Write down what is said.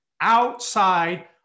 outside